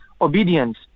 obedience